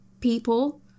people